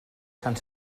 sant